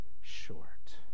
short